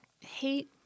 hate